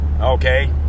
Okay